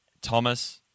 Thomas